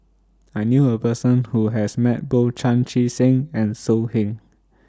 I knew A Person Who has Met Both Chan Chee Seng and So Heng